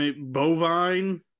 bovine